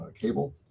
cable